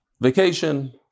vacation